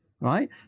right